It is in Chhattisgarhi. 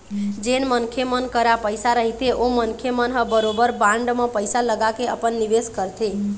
जेन मनखे मन करा पइसा रहिथे ओ मनखे मन ह बरोबर बांड म पइसा लगाके अपन निवेस करथे